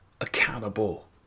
accountable